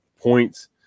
points